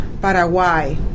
Paraguay